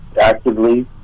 actively